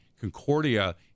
Concordia